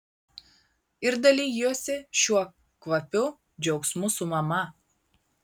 ir dalijuosi šiuo kvapiu džiaugsmu su mama